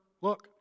Look